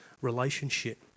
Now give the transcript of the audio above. relationship